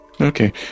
Okay